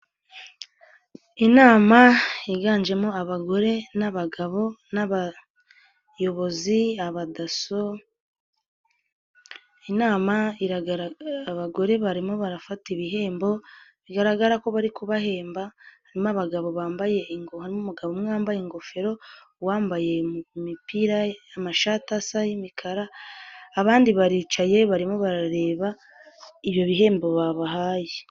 Inama yiganjemo abagore n'abagabo n'abayobozi abadaso inama abagore barimo barafata ibihembo bigaragara ko bari kubahemba harimo abagabo bambaye ingoma n'umugabo umwe wambaye ingofero wambaye imipira amashatasa y'imikara abandi baricaye barimo barareba ibi bihembo babahaye.